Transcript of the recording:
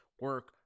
Work